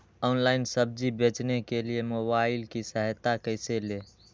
Online सब्जी बेचने के लिए मोबाईल की सहायता कैसे ले?